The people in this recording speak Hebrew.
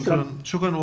תודה.